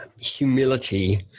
humility